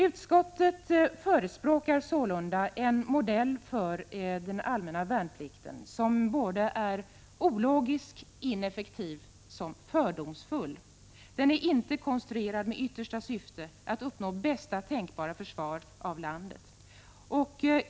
Utskottet förespråkar sålunda en modell för den allmänna värnplikten som både är ologisk, ineffektiv och fördomsfull. Den är inte konstruerad med yttersta syftet att uppnå bästa tänkbara försvar i landet.